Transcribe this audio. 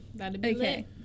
Okay